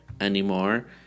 anymore